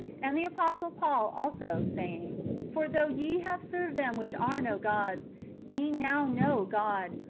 and the apostle paul also, saying, for though ye have served them which are no gods ye now know god,